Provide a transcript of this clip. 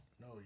no